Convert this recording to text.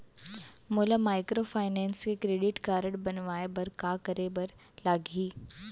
मोला माइक्रोफाइनेंस के credit card बनवाए बर का करे बर लागही?